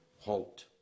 halt